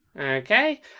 Okay